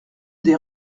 des